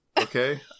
okay